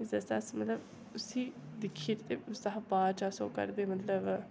इसदे आस्तै अस मतलब उसी दिक्खियै उसदा बाद च अस ओह् करदे मतलब